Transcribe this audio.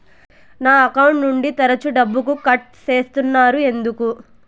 నా అకౌంట్ నుండి తరచు డబ్బుకు కట్ సేస్తున్నారు ఎందుకు